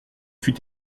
fut